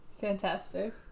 Fantastic